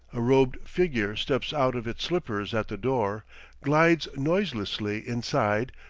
a robed figure steps out of its slippers at the door glides noiselessly inside,